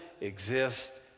exist